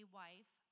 wife